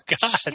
god